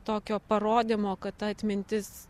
tokio parodymo kad ta atmintis